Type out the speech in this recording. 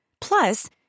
Plus